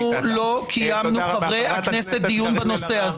אנחנו, חברי הכנסת, לא קיימנו דיון בנושא.